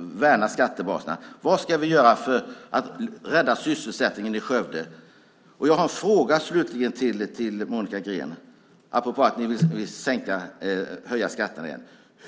värna skattebaserna. Vad ska vi göra för att rädda sysselsättningen i Skövde? Jag har slutligen en fråga till Monica Green apropå att ni vill höja skatterna igen.